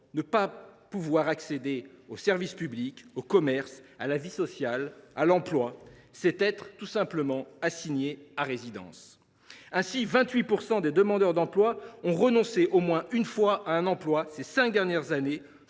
ne pas pouvoir accéder aux services publics, aux commerces, à la vie sociale, à l’emploi. C’est tout simplement être assigné à résidence. Ainsi, 28 % des demandeurs d’emploi ont renoncé au moins une fois à un emploi ces cinq dernières années,